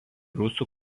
rusų